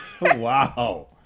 Wow